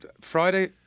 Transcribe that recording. Friday